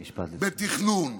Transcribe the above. בתכנון,